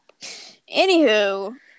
Anywho